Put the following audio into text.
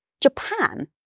Japan